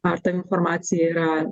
ar ta informacija yra